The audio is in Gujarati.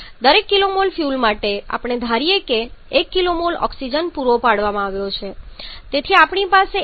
દરેક kmol ફ્યુઅલ માટે ચાલો ધારીએ કે એક kmol ઓક્સિજન પૂરો પાડવામાં આવ્યો છે તેથી આપણી પાસે a O2 3